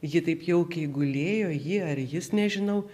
ji taip jaukiai gulėjo ji ar jis nežinau